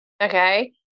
okay